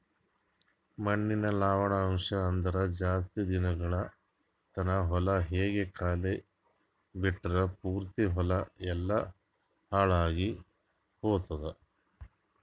ಮಣ್ಣಿನ ಲವಣಾಂಶ ಅಂದುರ್ ಜಾಸ್ತಿ ದಿನಗೊಳ್ ತಾನ ಹೊಲ ಹಂಗೆ ಖಾಲಿ ಬಿಟ್ಟುರ್ ಪೂರ್ತಿ ಹೊಲ ಎಲ್ಲಾ ಹಾಳಾಗಿ ಹೊತ್ತುದ್